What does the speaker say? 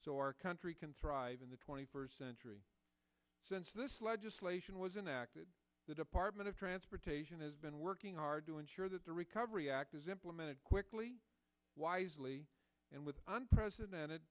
so our country can thrive in the twenty first century since this legislation was enacted the department of transportation has been working hard to ensure that the recovery act is implemented quickly wisely and with unprecedented